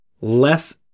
less